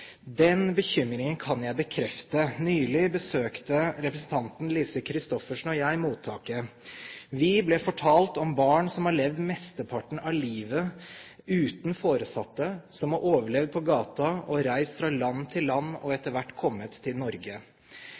Den bekymringen kan jeg bekrefte. Nylig besøkte representanten Lise Christoffersen og jeg mottaket. Vi ble fortalt om barn som har levd mesteparten av livet uten foresatte, som har overlevd på gata og reist fra land til land og etter hvert kommet til Norge.